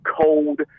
cold